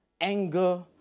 anger